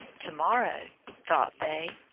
to-morrow, thought they,